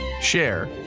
share